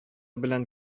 белән